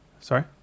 Sorry